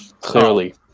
Clearly